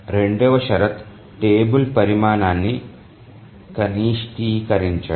రెండవ షరతు టేబుల్ పరిమాణాన్ని కనిష్టీకరించడం